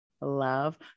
love